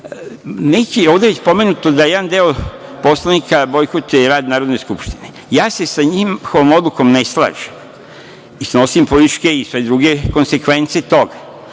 strane. Ovde je pomenuto da jedan deo poslanika bojkotuje rad Narodne skupštine. Ja se sa njihovom odlukom ne slažem i snosim političke i sve druge konsekvence zbog